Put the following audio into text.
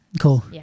Cool